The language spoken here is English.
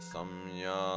Samya